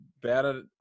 better